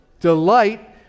Delight